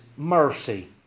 mercy